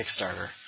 Kickstarter